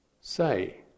say